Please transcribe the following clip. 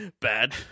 bad